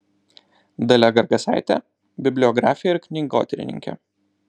dalia gargasaitė bibliografė ir knygotyrininkė